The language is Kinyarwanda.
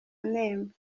nemba